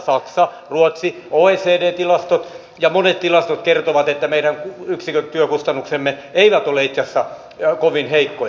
saksa ruotsi oecd tilastot ja monet tilastot kertovat että meidän yksikkötyökustannuksemme eivät ole itse asiassa kovin heikkoja